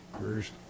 first